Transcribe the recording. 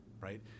right